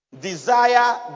desire